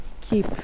keep